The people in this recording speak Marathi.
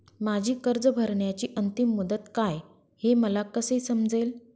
माझी कर्ज भरण्याची अंतिम मुदत काय, हे मला कसे समजेल?